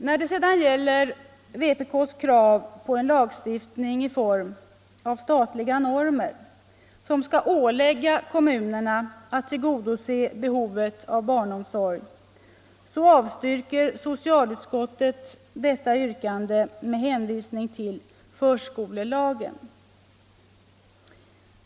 När det sedan gäller vpk:s krav på en lagstiftning i form av statliga normer, som skall ålägga kommunerna att tillgodose behovet av barnomsorg, så avstyrker socialutskottet detta yrkande med hänvisning till förskolelagen.